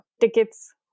tickets